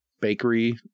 bakery